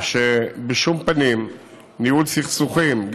ובשום פנים ניהול סכסוכים,